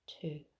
two